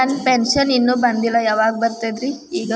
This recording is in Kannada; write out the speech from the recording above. ನನ್ನ ಪೆನ್ಶನ್ ಇನ್ನೂ ಬಂದಿಲ್ಲ ಯಾವಾಗ ಬರ್ತದ್ರಿ?